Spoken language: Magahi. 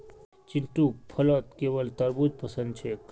चिंटूक फलत केवल तरबू ज पसंद छेक